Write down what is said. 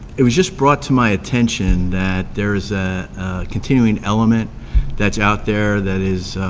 it was just brought to my attention that there is a continuing element that's out there that is